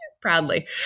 Proudly